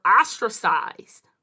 ostracized